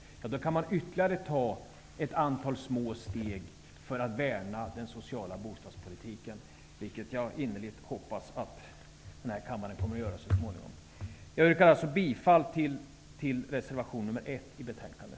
Även där kan ytterligare ett antal små steg tas, just för att värna den sociala bostadspolitiken. Jag hoppas innerligt att kammaren så småningom gör det. Jag yrkar alltså bifall till reservation nr 1 i betänkandet.